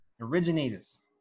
Originators